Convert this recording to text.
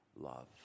love